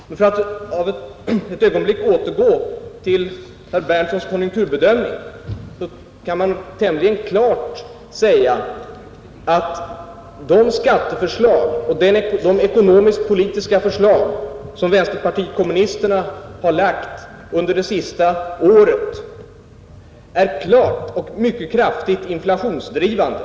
Men för att ett ögonblick återgå till herr Berndtsons konjunkturbedömning så kan man tämligen klart säga att de skatteförslag och de ekonomisk-politiska förslag som vänsterpartiet kommunisterna har lagt under det sista året är klart och kraftigt inflationsdrivande.